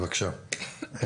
בבקשה,